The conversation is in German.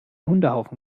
hundehaufen